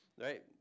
right